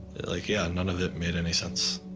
like yeah none of it made any sense,